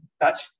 touch